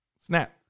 Snap